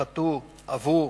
חטאו, עוו,